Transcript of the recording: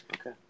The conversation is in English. Okay